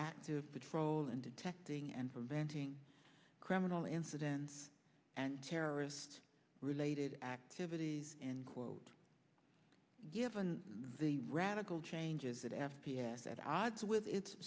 proactive patrol in detecting and preventing criminal incidents and terrorist related activities and quote given the radical changes that f b i s at odds with it